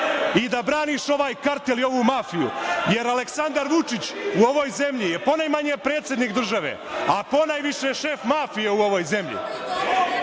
i da braniš ovaj kartel i ovu mafiju jer Aleksandar Vučić u ovoj zemlji je ponajmanje predsednik države, a ponajviše šef mafije u ovoj zemlji